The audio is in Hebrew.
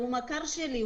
הוא מכר שלי.